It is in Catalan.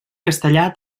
castellar